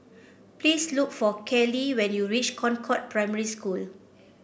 please look for Cali when you reach Concord Primary School